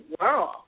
world